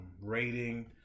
rating